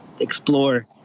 explore